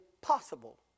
possible